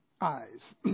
eyes